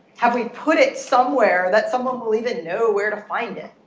have we put it somewhere that someone believe it know where to find it?